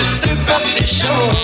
superstition